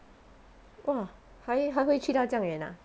哇还还会去到这样远啊